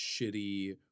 shitty